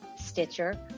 Stitcher